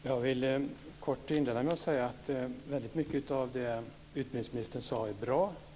Herr talman! Jag vill inleda med att säga att väldigt mycket av det som utbildningsministern säger är bra.